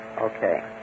Okay